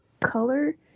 color